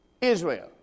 Israel